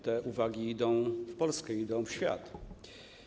Te uwagi idą w Polskę, idą w świat.